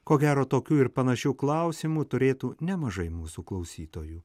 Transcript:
ko gero tokių ir panašių klausimų turėtų nemažai mūsų klausytojų